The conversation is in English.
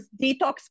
detox